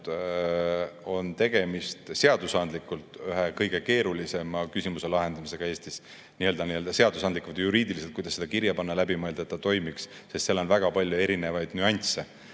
on tegemist seadusandlikult ühe kõige keerulisema küsimuse lahendamisega Eestis. Seadusandlikult, juriidiliselt, selles, kuidas seda kirja panna ja läbi mõelda, et see toimiks, on seal väga palju erinevaid nüansse,